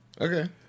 Okay